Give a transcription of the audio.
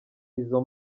izo